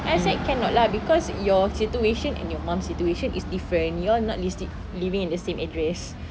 then I said cannot lah because your situation and your mum situation is different you all not listed living in the same address